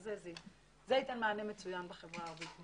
זה ייתן מענה מצוין בחברה הערבית.